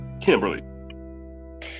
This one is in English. kimberly